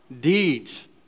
deeds